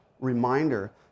reminder